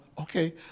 okay